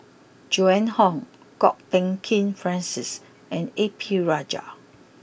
Joan Hon Kwok Peng Kin Francis and A P Rajah